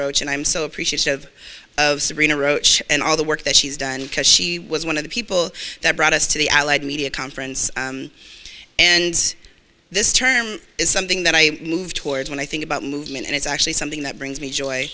roach and i'm so appreciative of sabrina roach and all the work that she's done because she was one of the people that brought us to the allied media conference and this term is something that i moved towards when i think about movement and it's actually something that brings me joy